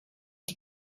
die